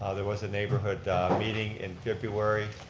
ah there was a neighborhood meeting in february.